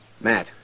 Matt